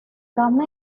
come